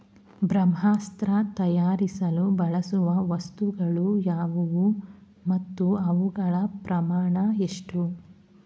ಬ್ರಹ್ಮಾಸ್ತ್ರ ತಯಾರಿಸಲು ಬಳಸುವ ವಸ್ತುಗಳು ಯಾವುವು ಮತ್ತು ಅವುಗಳ ಪ್ರಮಾಣ ಎಷ್ಟು?